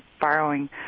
borrowing